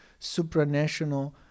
supranational